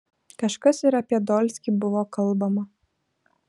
kažkas ir apie dolskį buvo kalbama